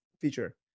feature